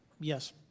yes